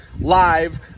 live